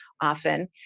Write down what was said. often